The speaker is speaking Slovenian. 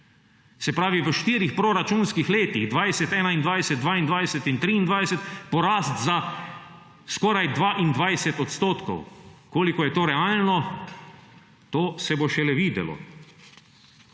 Se pravi, v štirih proračunskih letih 2020,2021, 2022 in 2023 porast za skoraj 22 odstotkov. Koliko je to realno, to se bo šele videlo.